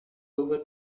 over